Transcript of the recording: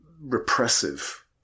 repressive